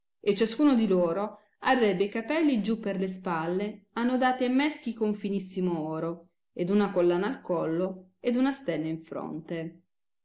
e ciascuno di loro arrebbe i capelli giù per le spalle annodati e ineschi con finissimo oro ed una collana al collo ed una stella in fronte